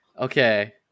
Okay